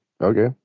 Okay